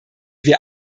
wir